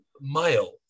male